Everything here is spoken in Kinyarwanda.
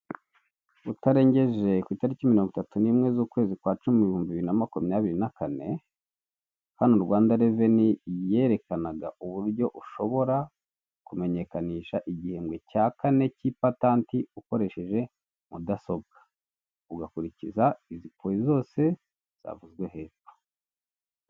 Utarengeje ku itariki mirongo itatu ni mwe z'ukwezi kwa cumi ibihumbi bibiri na makumyabiri na kane, hano Rwanda revenu yerekanaga uburyo ushobora kumenyekanisha igihembwe cya kane cy'ipatanti ukoresheje mudasobwa ugakurikiza inzigo zose zavuzwe hepfo.